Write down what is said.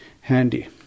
handy